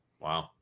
Wow